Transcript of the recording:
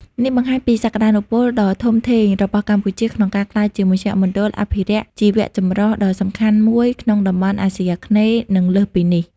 នេះបង្ហាញពីសក្តានុពលដ៏ធំធេងរបស់កម្ពុជាក្នុងការក្លាយជាមជ្ឈមណ្ឌលអភិរក្សជីវៈចម្រុះដ៏សំខាន់មួយក្នុងតំបន់អាស៊ីអាគ្នេយ៍ និងលើសពីនេះ។